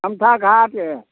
तमसा घाट